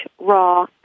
raw